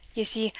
ye see,